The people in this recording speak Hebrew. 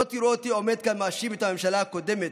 לא תראו אותי עומד כאן ומאשים את הממשלה הקודמת,